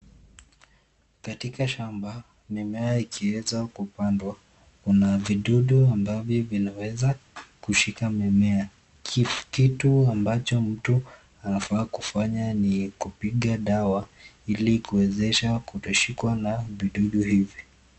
Katika shamba mimea ikieza kupandwa kuna vidudu ambavyo vinaweza kushika mimea, kitu ambacho mtu anafaa kufanya ni kupiga dawa ili kuwezesha kutoshikwa na vidudu hivi.